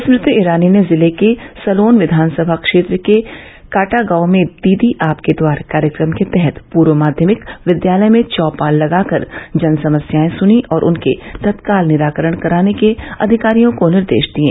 स्मृति ईरानी ने जिले के सलोन विधान सभा क्षेत्र के कॉटा गाँव में दीदी आपके द्वार कार्यक्रम के तहत पूर्व माध्यमिक विद्यालय में चौपाल लगाकर जनसमस्यायें सुनी और उनके तत्काल निराकरण कराने के अधिकारियों को निर्देष दिये